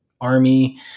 army